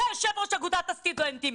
שהיה יושב-ראש אגודת הסטודנטים,